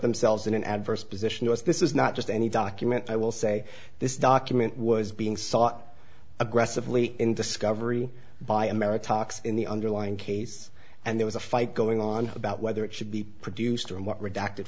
themselves in an adverse position to us this is not just any document i will say this document was being sought aggressively in discovery by america talks in the underlying case and there was a fight going on about whether it should be produced and what redacted